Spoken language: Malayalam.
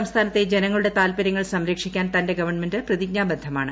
സംസ്ഥാനത്തെ ജനങ്ങളുടെ താൽപര്യങ്ങൾ സ്ത്രക്ഷിക്കാൻ തന്റെ ഗവൺമെന്റ് പ്രതിജ്ഞാബദ്ധമാണ്